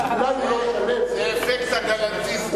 אולי הוא לא שלם, זה אפקט הגלנטיזם.